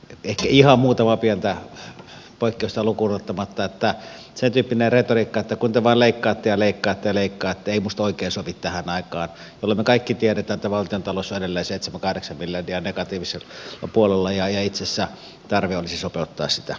vihti hamutova pientä poikkeusta lukuunottamatta että se kipinä retoriikka tuntevalle katja leikkaatte leikattiin musta oikein sovi tähän aikaan olemme kaikki tiedä tätä varten talossa delle seitsemän kahdeksan ville ja negatiivisen puolella ja aihe itsessä tarve olisi sopeuttaa sitä